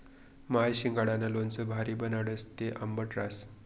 माय शिंगाडानं लोणचं भारी बनाडस, ते आंबट रहास